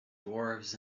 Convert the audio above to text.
dwarves